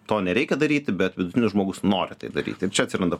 to nereikia daryti bet vidutinis žmogus nori tai daryti ir čia atsiranda